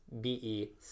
B-E